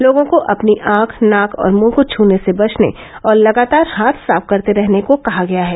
लोगों को अपनी आंख नाक और मृह को छने से बचने और लगातार हाथ साफ करते रहने को कहा गया है